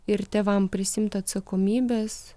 ir tėvam prisiimti atsakomybės